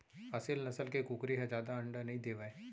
असेल नसल के कुकरी ह जादा अंडा नइ देवय